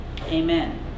amen